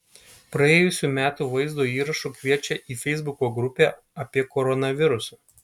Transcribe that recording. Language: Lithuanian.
praėjusių metų vaizdo įrašu kviečia į feisbuko grupę apie koronavirusą